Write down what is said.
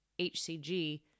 HCG